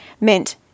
meant